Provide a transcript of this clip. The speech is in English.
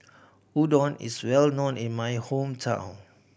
udon is well known in my hometown